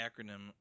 acronym